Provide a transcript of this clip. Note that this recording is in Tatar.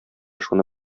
шуны